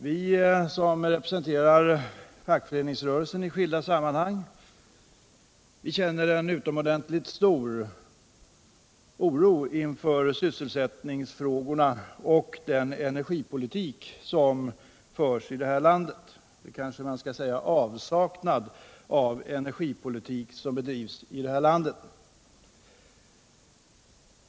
Vi som representerar fackföreningsrörelsen i skilda sammanhang känner en utomordentligt stor oro inför sysselsättningsfrågorna och den energipolitik som förs i vårt land —eller kanske man skall säga avsaknad av energipolitik.